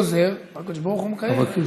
והקדוש ברוך הוא מקיים.